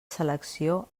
selecció